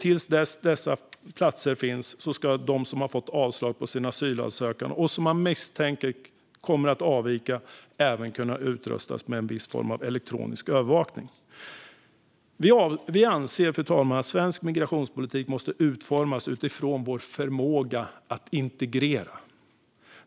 Innan dessa platser finns ska de som har fått avslag på sin asylansökan och som man misstänker kommer att avvika även kunna utrustas med en viss form av elektronisk övervakning. Vi anser att svensk migrationspolitik måste utformas utifrån vår förmåga att integrera.